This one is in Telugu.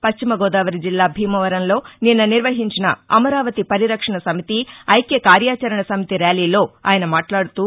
పశ్చిమ గోదావరి జిల్లా భీమవరంలో నిన్న నిర్వహించిన అమరావతి పరిరక్షణ సమితి ఐక్య కార్యాచరణ సమితి ర్యాలీలో ఆయన మాట్లాదుతూ